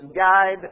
guide